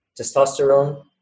testosterone